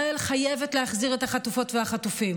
ישראל חייבת להחזיר את החטופות והחטופים.